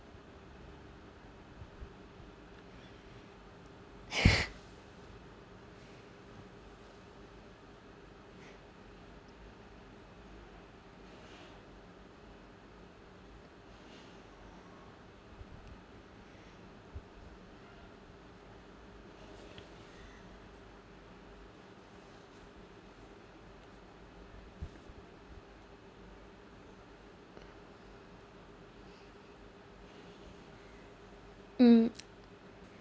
mm